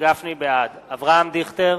בעד אברהם דיכטר,